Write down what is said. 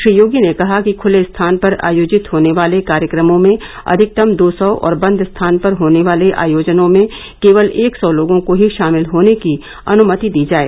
श्री योगी ने कहा कि खुले स्थान पर आयोजित होने वाले कार्यक्रमों में अधिकतम दो सौ और बंद स्थान पर होने वाले आयोजनों में केवल एक सौ लोगों को ही शामिल होने की अनुमति दी जाए